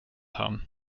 haben